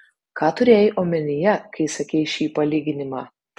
ką turėjai omenyje kai sakei šį palyginimą